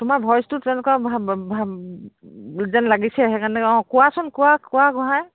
তোমাৰ ভইচটো তেনেকুৱা যেন লাগিছে সেইকাৰণে অঁ কোৱাচোন কোৱা কোৱা গোহাঁই